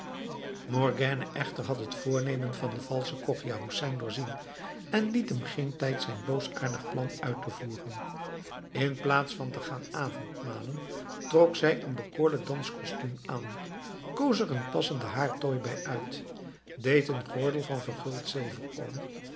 morgiane echter had het voornemen van den valschen chogia hoesein doorzien en liet hem geen tijd zijn boosaardig plan uit te voeren inplaats van te gaan avondmalen trok zij een bekoorlijk danscostuum aan koos er een passenden haartooi bij uit deed een gordel van verguld zilver